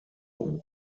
white